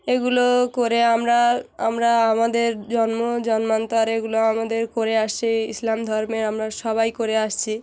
এগুলো করে আমরা আমরা আমাদের জন্ম জন্মান্তর এগুলো আমাদের করে আসছি ইসলাম ধর্মে আমরা সবাই করে আসছি